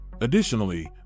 Additionally